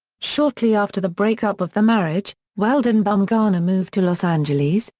shortly after the breakup of the marriage, weldon bumgarner moved to los angeles,